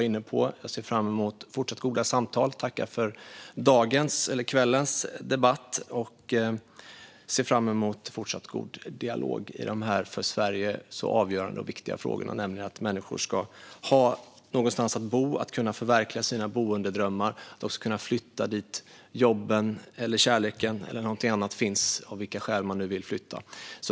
Jag tackar för kvällens debatt, och som Leif Nysmed var inne på ser jag fram emot fortsatt god dialog i dessa för Sverige så avgörande och viktiga frågor som handlar om att människor ska ha någonstans att bo och förverkliga sina boendedrömmar. Människor ska kunna flytta dit där jobben eller kärleken finns eller av vilka andra skäl man nu vill flytta.